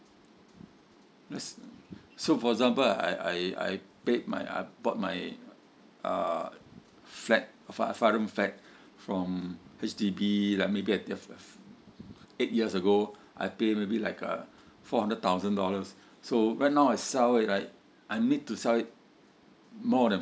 ss~ so for example I I I paid my I bought my uh flat four room flat from H_D_B like maybe eigh~ eigh~ eight years ago I pay maybe like uh four hundred thousand dollars so right now I sell it right I need to sell it more than